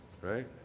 right